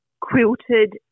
Quilted